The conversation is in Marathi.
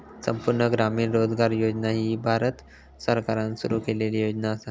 संपूर्ण ग्रामीण रोजगार योजना ही भारत सरकारान सुरू केलेली योजना असा